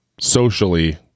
socially